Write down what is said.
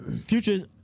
Future's